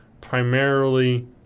primarily